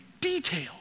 detail